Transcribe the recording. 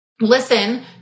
listen